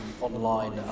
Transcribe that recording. online